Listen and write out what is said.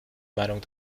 meinung